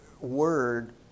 word